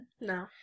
No